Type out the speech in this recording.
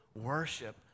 worship